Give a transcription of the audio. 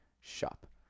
shop